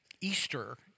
Easter